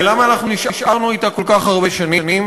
ולמה אנחנו נשארנו אתה כל כך הרבה שנים.